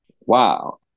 Wow